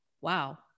wow